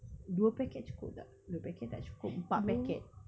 dua packet cukup tak dua packet tak cukup empat packet